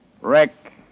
Rick